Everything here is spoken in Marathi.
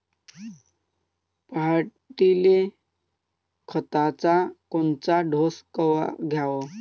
पऱ्हाटीले खताचा कोनचा डोस कवा द्याव?